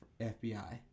FBI